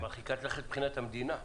היא מרחיקת לכת גם מבחינת המדינה.